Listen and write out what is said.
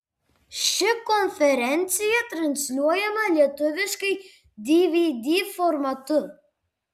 ši konferencija transliuojama lietuviškai dvd formatu